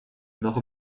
noch